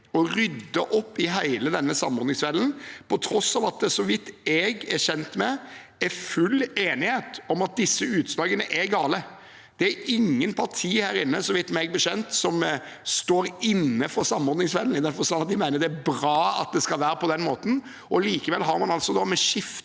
å rydde opp i hele denne samordningsfellen på tross av at det, så vidt jeg er kjent med, er full enighet om at disse utslagene er gale. Meg bekjent er det ingen partier her som står inne for samordningsfellen, i den forstand at de mener det er bra at det skal være på den måten. Likevel har man altså med skiftende